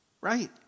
Right